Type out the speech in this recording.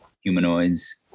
humanoids